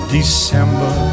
December